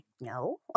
no